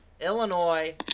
Illinois